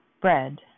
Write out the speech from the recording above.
Bread